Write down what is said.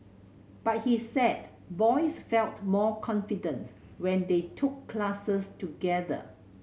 but he said boys felt more confident when they took classes together